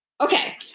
Okay